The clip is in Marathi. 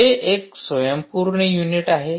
हे एक स्वयंपूर्ण युनिट आहे